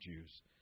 Jews